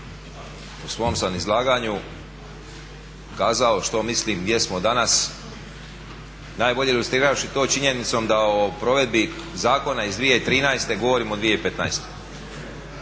u svom sam izlaganju kazao što mislim gdje smo danas, najbolje ilustriravši to činjenicom da o provedbi Zakona iz 2013. govorimo u 2015.